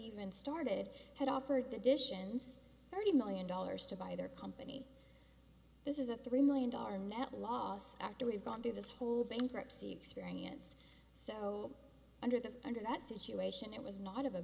even started had offered the additions thirty million dollars to buy their company this is a three million dollar net loss after we've gone through this whole bankruptcy experience so under that under that situation it was not of a